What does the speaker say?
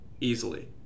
easily